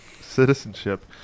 citizenship